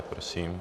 Prosím.